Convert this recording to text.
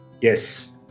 Yes